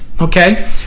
Okay